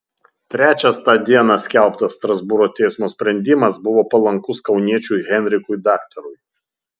trečias tą dieną skelbtas strasbūro teismo sprendimas buvo palankus kauniečiui henrikui daktarui